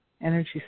energy